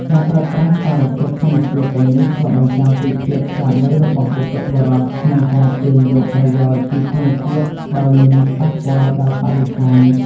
ការប្រើប្រាស់សារធាតុធម្មជាតិទាំងនេះឆ្លុះបញ្ចាំងពីភាពឆ្លាតវៃរបស់បុព្វបុរសក្នុងការទាញយកប្រយោជន៍ពីធម្មជាតិដោយមិនប៉ះពាល់ដល់បរិស្ថាន។